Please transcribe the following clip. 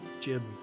Jim